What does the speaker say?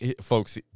Folks